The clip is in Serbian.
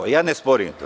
Ja ne sporim to.